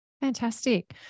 Fantastic